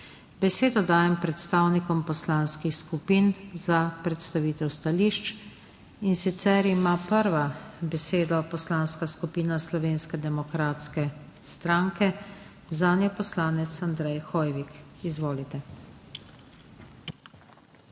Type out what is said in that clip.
Besedo dajem predstavnikom poslanskih skupin za predstavitev stališč, in sicer ima prva besedo Poslanska skupina Slovenske demokratske stranke, zanjo poslanec Andrej Hoivik. Izvolite.